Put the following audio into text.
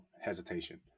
hesitation